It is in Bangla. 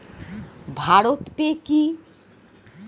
ভারত পে কি?